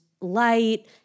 Light